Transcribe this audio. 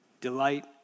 delight